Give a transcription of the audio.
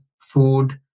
food